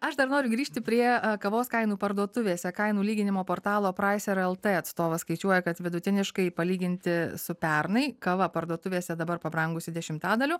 aš dar noriu grįžti prie kavos kainų parduotuvėse kainų lyginimo portalo praiser lt atstovas skaičiuoja kad vidutiniškai palyginti su pernai kava parduotuvėse dabar pabrangusi dešimtadaliu